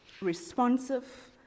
responsive